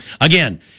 again